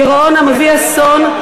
גירעון המביא אסון,